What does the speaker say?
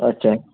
अच्छा